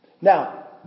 Now